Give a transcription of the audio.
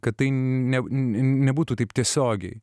kad tai ne nebūtų taip tiesiogiai